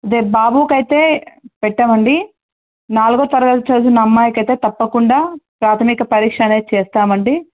అదే బాబుకు అయితే పెట్టమండి నాలుగవ తరగతి చదివిన అమ్మాయికి అయితే తప్పకుండా ప్రాథమిక పరీక్ష అనేది చేస్తాం అండి